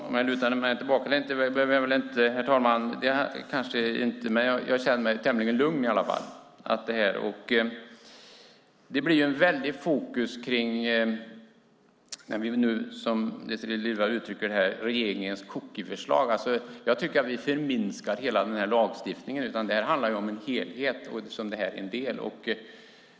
Herr talman! Jag kanske inte lutar mig tillbaka, men jag känner mig tämligen lugn i alla fall. Det blir ett väldigt fokus på, som Désirée Liljevall uttrycker det, regeringens cookieförslag. Jag tycker att vi förminskar hela den här lagstiftningen. Det handlar om en helhet som det här är en del av.